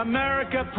America